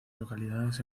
localidades